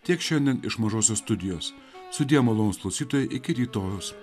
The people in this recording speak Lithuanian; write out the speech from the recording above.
tiek šiandien iš mažosios studijos sudie malonūs klausytojai iki rytojaus